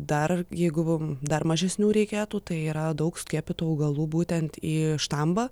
dar jeigu dar mažesnių reikėtų tai yra daug skiepytų augalų būtent į štambą